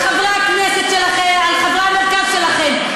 על חברי הכנסת שלכם, על חברי המרכז שלכם.